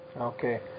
Okay